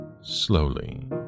slowly